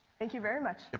thank you very much.